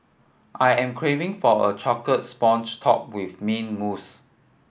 I am craving for a chocolate sponge topped with mint mousse